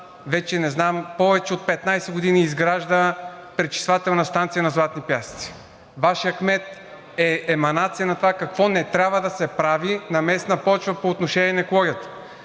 Община Варна повече от 15 години изгражда пречиствателна станция на „Златни пясъци“ и Вашият кмет е еманация на това какво не трябва да се прави на местна почва по отношение на екологията.